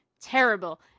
terrible